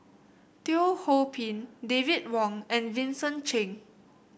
Teo Ho Pin David Wong and Vincent Cheng